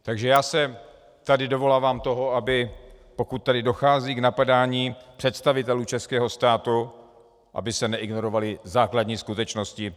Takže já se tady dovolávám toho, aby pokud tedy dochází k napadání představitelů českého státu, aby se neignorovaly základní skutečnosti.